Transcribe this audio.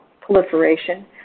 proliferation